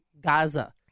Gaza